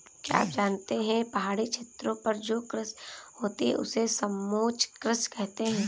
क्या आप जानते है पहाड़ी क्षेत्रों पर जो कृषि होती है उसे समोच्च कृषि कहते है?